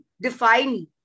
define